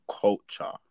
culture